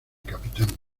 capitán